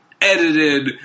edited